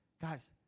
Guys